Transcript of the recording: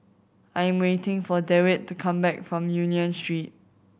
I'm waiting for Dewitt to come back from Union Street